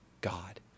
God